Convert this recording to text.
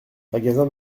magasin